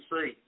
see